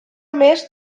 més